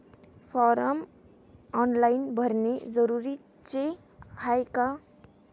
Form online भरने जरुरीचे हाय का?